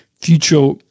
future